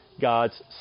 God's